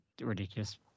Ridiculous